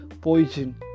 poison